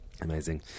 Amazing